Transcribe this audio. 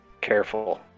careful